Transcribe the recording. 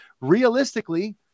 realistically –